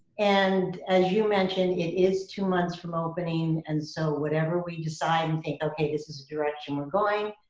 and as you mentioned, it is two months from opening, and so whatever we decide and think okay, this is the direction we're going,